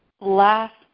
last